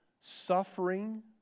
Suffering